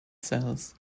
cells